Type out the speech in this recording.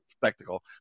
spectacle